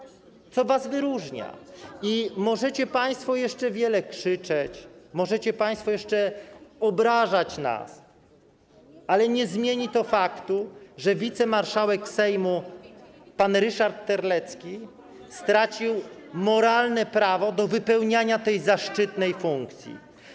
I możecie państwo jeszcze wiele krzyczeć, możecie państwo jeszcze nas obrażać, ale nie zmieni to faktu, że wicemarszałek Sejmu pan Ryszard Terlecki stracił moralne prawo do pełnienia tej zaszczytnej funkcji.